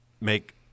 make